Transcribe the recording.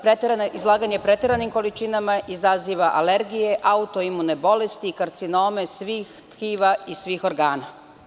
Preterano izlaganje preteranim količinama izaziva alergije, autoimune bolesti, karcinome svih tkiva i svih organa.